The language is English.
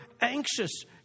anxious